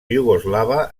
iugoslava